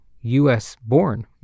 U.S.-born